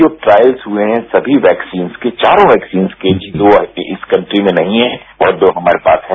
जो ट्रायल्स हुए है समी वैक्सीन की चारों वैक्सीन की जो अभी इस कंट्री में नहीं है और जो हमारे पास है